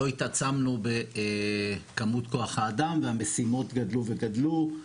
לא התעצמנו בכמות כוח האדם והמשימות גדלו וגדלו.